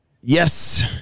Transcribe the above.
Yes